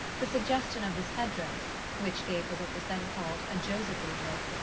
the suggestion of this headdress, which gave her what was then called a josephine look,